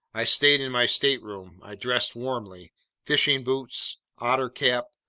i stayed in my stateroom. i dressed warmly fishing boots, otter cap,